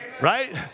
Right